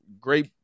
great